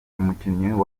umukinnyikazi